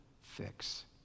fix